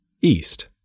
east